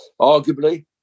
arguably